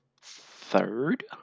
Third